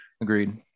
Agreed